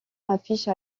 affiche